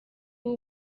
w’u